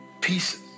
pieces